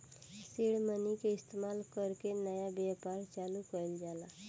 seed money के इस्तमाल कर के नया व्यापार चालू कइल जाला